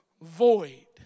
void